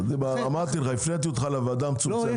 הפניתי אותך לוועדה המצומצמת.